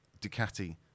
Ducati